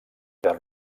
perd